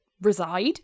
reside